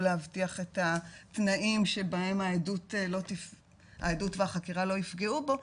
להבטיח את התנאים שבהם העדות והחקירה לא יפגעו בו,